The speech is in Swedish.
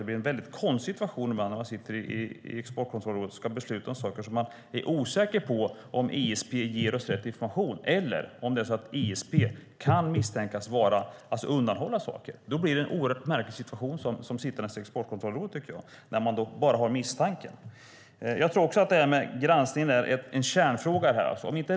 Det blir en konstig situation i Exportkontrollrådet när vi ska besluta om saker och är osäkra på om ISP ger oss rätt information eller om ISP kan misstänkas undanhålla saker. Det blir en märklig situation för oss som sitter i Exportkontrollrådet. Granskningen är en kärnfråga.